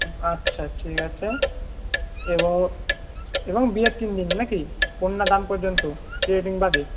আচ্ছা ঠিক আছে এবং এবং বিয়ের তিনদিন নাকি কন্যাদান পর্যন্ত প্রি ওয়েডিং বাদে